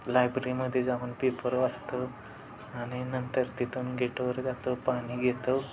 लायब्रीमध्ये जाऊन पेपर वाचतो आणि नंतर तिथून गेटवर जातो पाणी घेतो